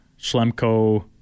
Schlemko